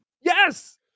Yes